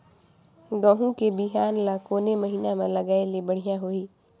गहूं के बिहान ल कोने महीना म लगाय ले बढ़िया होही?